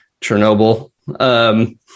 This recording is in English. chernobyl